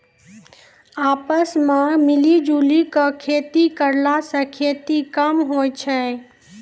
आपस मॅ मिली जुली क खेती करला स खेती कम होय छै